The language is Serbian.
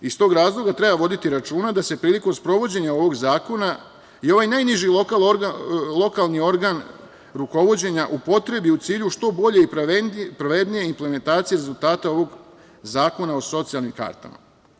Iz tog razloga treba voditi računa da se prilikom sprovođenja ovog zakona i ovaj najniži lokalni organ rukovođenja upotrebi u cilju što bolje i pravednije implementacije rezultata ovog zakona o socijalnim kartama.